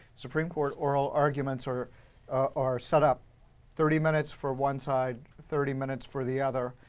supreme court oral arguments are are set up thirty minutes for one side. thirty minutes for the other.